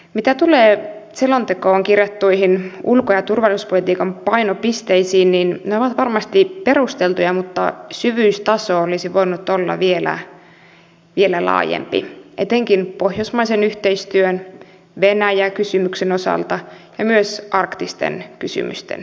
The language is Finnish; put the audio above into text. mitä tulee selontekoon kirjattuihin ulko ja turvallisuuspolitiikan painopisteisiin niin ne ovat varmasti perusteltuja mutta syvyystaso olisi voinut olla vielä laajempi etenkin pohjoismaisen yhteistyön venäjä kysymyksen osalta ja myös arktisten kysymysten osalta